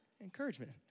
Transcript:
Encouragement